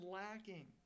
lacking